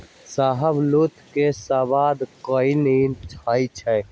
शाहबलूत के सवाद कसाइन्न होइ छइ